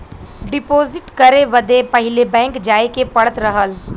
deposit करे बदे पहिले बैंक जाए के पड़त रहल